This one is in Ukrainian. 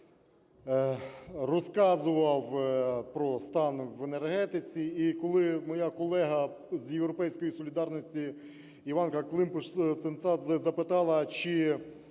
розказував про стан в енергетиці. І коли моя колега з "Європейської солідарності" Іванна Климпуш-Цинцадзе запитала, чи